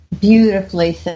beautifully